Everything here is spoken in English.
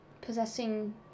possessing